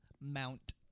mount